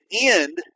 end